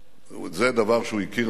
זה דבר שהוא הכיר מצוין,